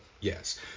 yes